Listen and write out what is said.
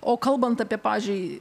o kalbant apie pavyzdžiui